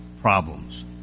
problems